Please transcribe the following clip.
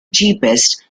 cheapest